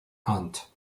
ant